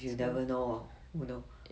you never know who who know